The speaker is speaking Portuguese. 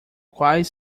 quais